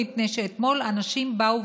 מפני שאתמול אנשים באו,